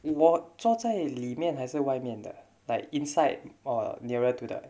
我坐在里面还是外面的 like inside or nearer to the